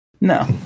No